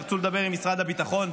תרצו לדבר עם משרד הביטחון,